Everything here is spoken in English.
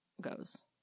goes